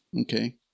okay